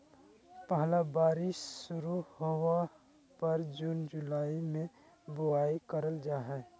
पहला बारिश शुरू होबय पर जून जुलाई में बुआई करल जाय हइ